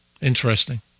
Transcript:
Interesting